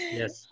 yes